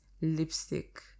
lipstick